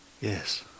Yes